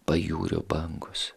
pajūrio bangos